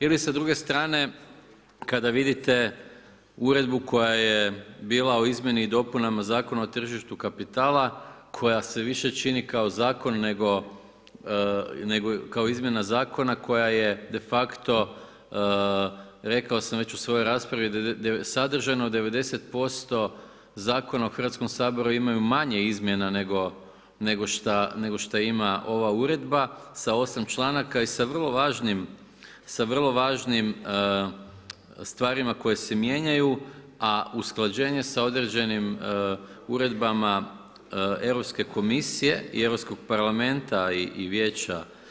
Ili sa druge strane kada vidite uredbu koja je bila u izmjeni i dopunama Zakonu o tržištu kapitala, koja se više čini kao zakon nego kao izmjena zakona, koja je de facto, rekao sam već u svojoj raspravi, sadržano 90% zakona u Hrvatskom saboru imaju manje izmjena nego što ima ova uredba sa 8 članaka i sa vrlo važnim stvarima koje se mijenjaju, a usklađenje sa određenim uredbama Europske komisije i Europskog Parlamenta i Vijeća.